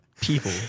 people